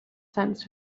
sensed